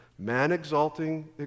man-exalting